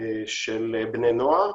של בני נוער,